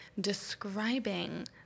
describing